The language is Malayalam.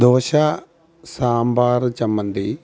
ദോശ സാമ്പാർ ചമ്മന്തി